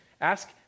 Ask